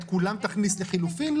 את כולם תכניס לחילופין?